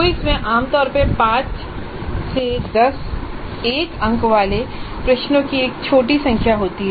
quiz में आम तौर पर 5 से 10 एक अंक वाले प्रश्नों की एक छोटी संख्या होती है